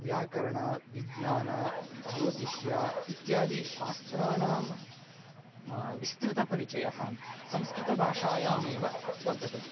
व्याकरणं विज्ञानं ज्योतिष्यम् इत्यादिशास्त्राणां विस्तृतपरिचयः संस्कृतभाषायामेव वर्तते